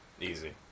easy